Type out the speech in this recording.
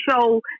show